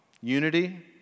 Unity